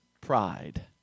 pride